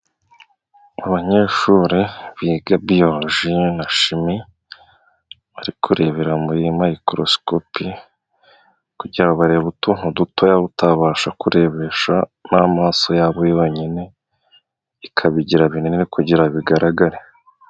Abanyeshuri biga biyoroji na shimi bari kurebera muri mikorosikopi kugira bareba utuntu dutoya utabasha kurebesha amaso yabo yonyine, ikabigira binini kugira bigaragare.